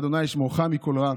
ה' ישמרך מכל רע